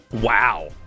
Wow